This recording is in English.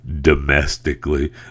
domestically